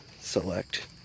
select